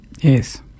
Yes